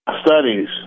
studies